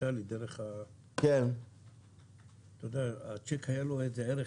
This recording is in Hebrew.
דיגיטלית לשיק היה ערך,